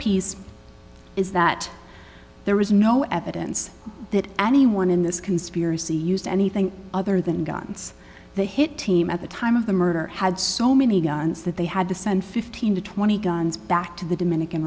piece is that there is no evidence that anyone in this pearcey used anything other than guns they hit team at the time of the murder had so many guns that they had to send fifteen to twenty guns back to the dominican